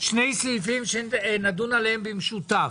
אלה שני סעיפים שנדון עליהם במשותף.